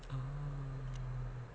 oh